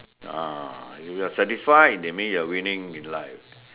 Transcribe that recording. ah you are satisfied that mean you are winning in life